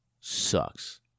sucks